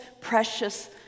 precious